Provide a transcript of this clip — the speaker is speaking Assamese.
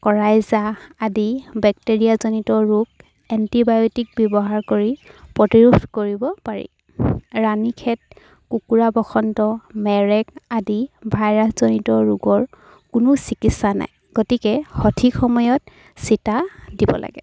কৰাইজা আদি বেক্টেৰিয়াজিত ৰোগ এণ্টিবায়'টিক ব্যৱহাৰ কৰি প্ৰতিৰোধ কৰিব পাৰি ৰাণী খেত কুকুৰা বসন্ত মেৰেগ আদি ভাইৰাছজনিত ৰোগৰ কোনো চিকিৎসা নাই গতিকে সঠিক সময়ত চিতা দিব লাগে